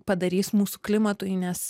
padarys mūsų klimatui nes